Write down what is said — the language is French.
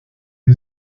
les